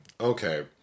Okay